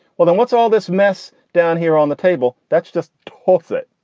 well, then what's all this mess down here on the table? that's just toss it.